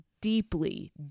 deeply